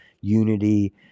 unity